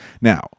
Now